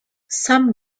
some